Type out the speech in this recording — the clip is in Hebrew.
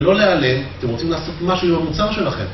לא להיעלם אתם רוצים לעשות משהו עם המוצר שלכם